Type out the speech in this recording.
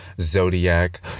Zodiac